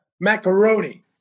macaroni